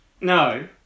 No